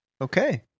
okay